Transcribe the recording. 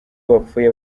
bapfuye